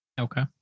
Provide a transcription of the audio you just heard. Okay